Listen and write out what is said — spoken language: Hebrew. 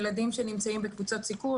שנמצאים בקבוצת סיכון,